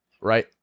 right